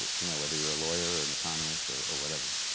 you know whether you're a lawyer or an economist or whatever